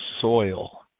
soil